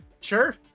Sure